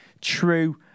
true